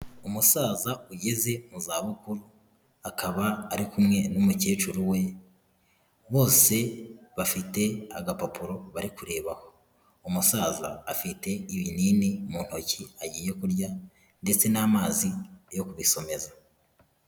Umusaza ugeze mu zabukuru, akaba ari kumwe n'umukecuru we, bose bafite agapapuro bari kurebaho, umusaza afite ibinini mu ntoki agiye kurya ndetse n'amazi yo kubisomeza.